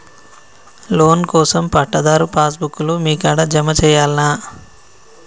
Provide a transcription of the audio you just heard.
Loan కోసం పట్టాదారు pass book లు మీ కాడా జమ చేయల్నా?